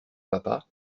papas